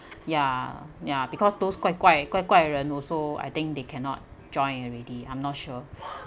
ya ya because those guai guai guai guai ren also I think they cannot join already I'm not sure mm